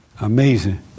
amazing